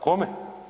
Kome?